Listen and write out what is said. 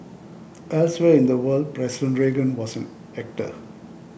elsewhere in the world President Reagan was an actor